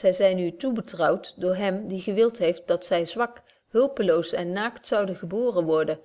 zy zyn u toebetrouwt door hem die gewild heeft dat zy zwak hulpeloos en naakt zouden geboren worden